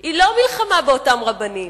היא לא מלחמה באותם רבנים,